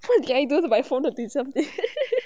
what did I do to my phone to deserve this